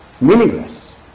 meaningless